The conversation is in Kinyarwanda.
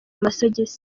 amasogisi